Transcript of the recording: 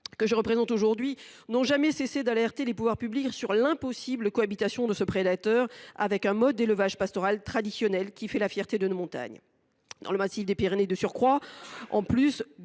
que je représente aujourd’hui, n’ont pas cessé d’alerter les pouvoirs publics sur l’impossible cohabitation de ce prédateur avec un mode d’élevage pastoral traditionnel, qui fait la fierté de nos montagnes. Dans le massif des Pyrénées, on observe en outre